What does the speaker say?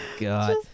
God